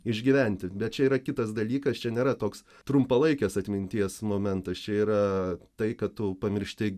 išgyventi bet čia yra kitas dalykas čia nėra toks trumpalaikės atminties momentas čia yra tai kad tu pamiršti